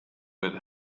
with